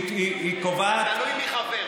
היא קובעת, תלוי מי חבר.